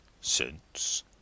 since